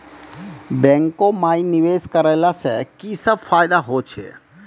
बैंको माई निवेश कराला से की सब फ़ायदा हो छै?